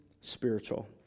spiritual